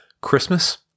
Christmas